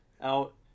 out